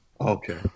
Okay